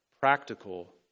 practical